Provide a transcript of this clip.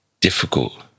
Difficult